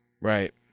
Right